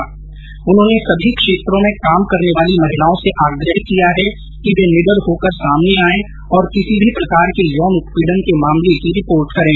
मेनका गांधी ने सभी क्षेत्रों में काम करने वाली महिलाओं से आग्रह किया है कि वे निडर होकर सामने आएं और किसी भी प्रकार के यौन उत्पीड़न के मामले की रिपोर्ट करें